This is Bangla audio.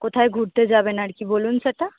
কোথায় ঘুরতে যাবেন আর কি বলুন সেটা